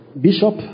bishop